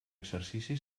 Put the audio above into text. exercici